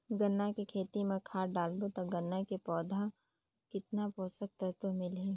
गन्ना के खेती मां खाद डालबो ता गन्ना के पौधा कितन पोषक तत्व मिलही?